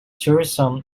tourism